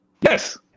Yes